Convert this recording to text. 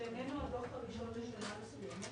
שאינו הדוח הראשון לשנה מסוימת,